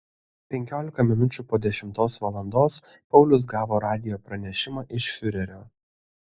penkiolika minučių po dešimtos valandos paulius gavo radijo pranešimą iš fiurerio